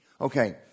Okay